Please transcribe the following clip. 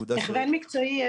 הכוון מקצועי,